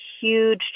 huge